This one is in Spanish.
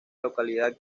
localidad